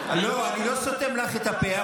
לא, אני לא סותם לך את הפה.